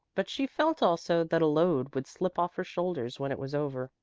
but she felt also that a load would slip off her shoulders when it was over.